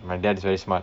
my dad is very smart